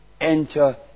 enter